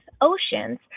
Oceans